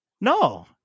No